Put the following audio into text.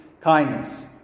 kindness